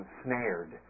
snared